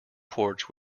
porch